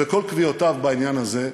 וכל קביעותיו בעניין הזה,